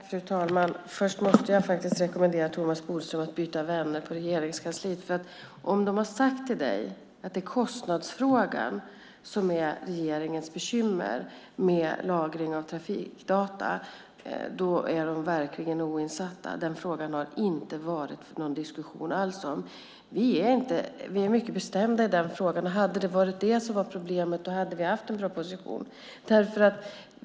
Fru talman! Först måste jag faktiskt rekommendera Thomas Bodström att byta vänner i Regeringskansliet, för om de har sagt till dig att det är kostnadsfrågan som är regeringens bekymmer med lagringen av trafikdata är de verkligen oinsatta. Den frågan har det inte varit någon diskussion om alls. Vi är mycket bestämda i den frågan, och hade det varit det som var problemet hade vi haft en proposition.